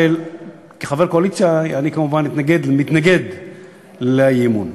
כחבר קואליציה אני כמובן מתנגד לאי-אמון.